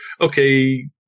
okay